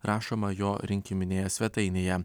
rašoma jo rinkiminėje svetainėje